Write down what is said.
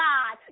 God